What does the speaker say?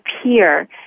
appear